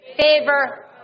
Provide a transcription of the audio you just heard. favor